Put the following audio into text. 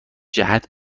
جهت